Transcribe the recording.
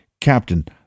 Captain